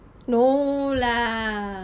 no lah